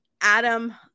Adam